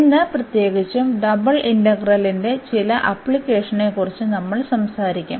ഇന്ന് പ്രത്യേകിച്ചും ഡബിൾ ഇന്റഗ്രലിന്റെ ചില ആപ്ലിക്കേഷനുകളെക്കുറിച്ച് നമ്മൾ സംസാരിക്കും